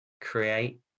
create